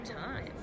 time